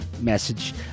message